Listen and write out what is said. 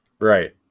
Right